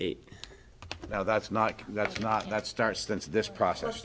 eight now that's not that's not that's starts that's this process